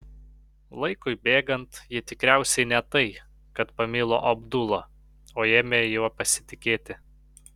laikui bėgant ji tikriausiai ne tai kad pamilo abdula o ėmė juo pasitikėti